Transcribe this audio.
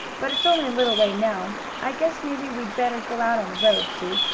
but it's only a little way now. i guess maybe we'd better go out on the road, sue.